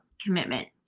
commitment